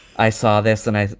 i saw this and i.